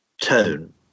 tone